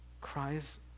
cries